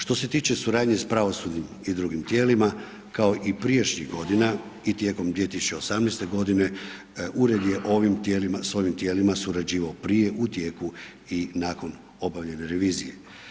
Što se tiče suradnje s pravosudnim i drugim tijelima kao i prijašnjih godina i tijekom 2018. godine ured je ovim tijelima, s ovim tijelima surađivao prije u tijeku i nakon obavljene revizije.